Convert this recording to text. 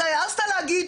נכון